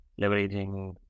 leveraging